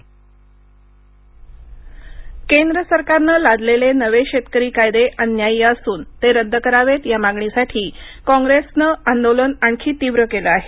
कॉंग्रेस आंदोलन केंद्रसरकारनं लादलेले नवे शेतकरी कायदे अन्याय्य असून ते रद्द करावेत या मागणीसाठी काँग्रेसनं आंदोलन आणखी तीव्र केलं आहे